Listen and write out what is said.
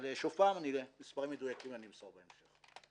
אבל שוב מספרים מדויקים אמסור בהמשך.